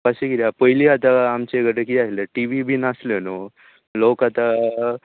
अशें कित्याक पयलीं आतां आमचें कडेन किदें आशिल्लें टि वी बी नासल्यो न्हय लोक आतां